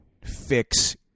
Fix